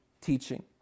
teaching